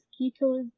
mosquitoes